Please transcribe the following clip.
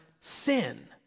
sin